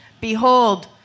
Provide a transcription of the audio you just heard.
Behold